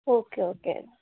okay okay